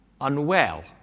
unwell